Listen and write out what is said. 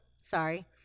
sorry